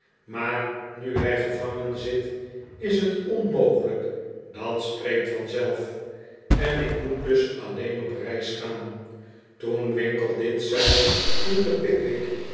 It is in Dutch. maar nu hij gevangen zit is het onmogelijk dat sp'reekt vanzelf en ik moet dus alleen op reis gaan toen winkle dit zei voelde pickwick